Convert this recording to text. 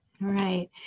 Right